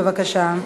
בבקשה.